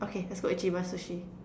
okay let's go ichiban sushi